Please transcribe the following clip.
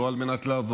לא על מנת לעבור,